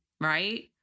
Right